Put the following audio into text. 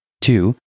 Two